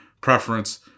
preference